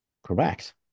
Correct